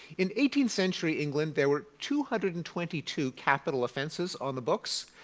in eighteenth century england there were two hundred and twenty two capital offenses on the books,